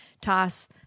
toss